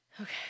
Okay